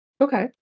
Okay